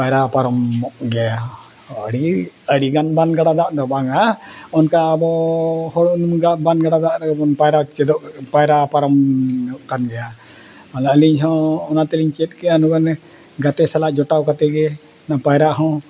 ᱯᱟᱭᱨᱟ ᱯᱟᱨᱚᱢᱚᱜ ᱜᱮᱭᱟ ᱟᱹᱰᱤ ᱟᱹᱰᱤᱜᱟᱱ ᱵᱟᱱ ᱜᱟᱰᱟ ᱫᱟᱜ ᱫᱚ ᱵᱟᱝᱟ ᱚᱱᱠᱟ ᱟᱵᱚ ᱦᱚᱲ ᱩᱱᱩᱢ ᱜᱟᱱ ᱵᱟᱱ ᱜᱟᱰᱟ ᱫᱟᱜ ᱨᱮᱵᱚᱱ ᱯᱟᱭᱨᱟ ᱪᱮᱫᱚᱜ ᱯᱟᱭᱨᱟ ᱯᱟᱨᱚᱢᱚᱜ ᱠᱟᱱ ᱜᱮᱭᱟ ᱟᱹᱞᱤᱧ ᱦᱚᱸ ᱚᱱᱟ ᱛᱮᱞᱤᱧ ᱪᱮᱫ ᱠᱮᱜᱼᱟ ᱱᱚᱜᱼᱚᱭ ᱱᱟ ᱜᱟᱛᱮ ᱥᱟᱞᱟᱜ ᱡᱚᱴᱟᱣ ᱠᱟᱛᱮ ᱜᱮ ᱯᱟᱭᱨᱟᱜ ᱦᱚᱸ